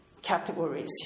Categories